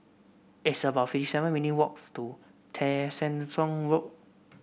it's about fifty seven minutes' walks to Tessensohn Road